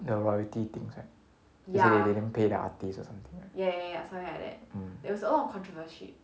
the royalty thing things right as in they didn't pay the artist or something right